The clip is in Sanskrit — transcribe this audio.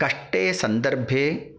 कष्टे सन्दर्भे